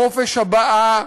חופש הבעה,